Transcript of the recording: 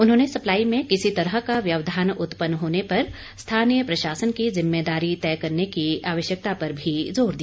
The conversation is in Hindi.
उन्होंने सप्लाई में किसी तरह का व्यवधान उत्पन्न होने पर स्थानीय प्रशासन की जिम्मेदारी तय करने की आवश्यकता पर भी जोर दिया